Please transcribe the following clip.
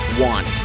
want